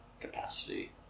capacity